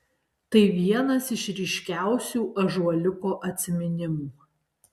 tai vienas iš ryškiausių ąžuoliuko atsiminimų